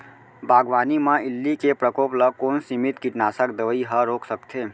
बागवानी म इल्ली के प्रकोप ल कोन सीमित कीटनाशक दवई ह रोक सकथे?